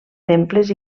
temples